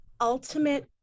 ultimate